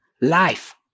life